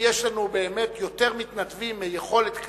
אם יש לנו באמת יותר מתנדבים מיכולת קליטה,